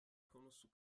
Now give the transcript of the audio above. konusu